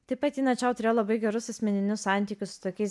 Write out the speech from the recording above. taip pat tina čiau turėjo labai gerus asmeninius santykius su tokiais